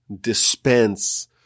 dispense